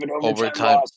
overtime